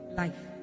life